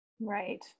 Right